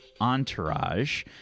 entourage